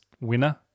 winner